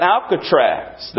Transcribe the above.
Alcatraz